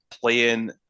playing